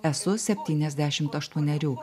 esu septyniasdešimt aštuonerių